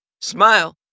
Smile